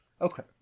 okay